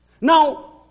Now